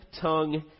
tongue